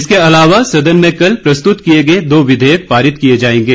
इसके अलावा सदन में कल प्रस्तृत किए गए दो विघेयक पारित किए जाएंगे